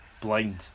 Blind